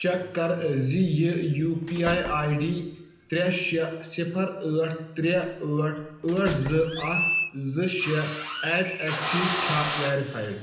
check کَر زِ یہِ U P I I D ترٛےٚ شےٚ صِفَر ٲٹھ ترٛےٚ ٲٹھ ٲٹھ زٕ اَکھ زٕ شےٚ ایٹ اؠکسیٖز چھا ویرفایِڈ